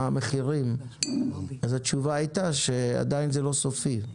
מה המחירים והתשובה הייתה שעדיין זה לא סופי.